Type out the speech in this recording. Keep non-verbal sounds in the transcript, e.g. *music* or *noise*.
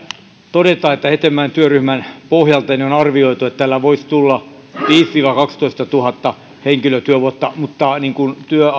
että hetemäen työryhmän pohjalta on arvioitu että tällä voisi tulla viisituhatta viiva kaksitoistatuhatta henkilötyövuotta mutta niin kuin työ *unintelligible*